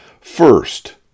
First